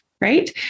Right